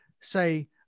say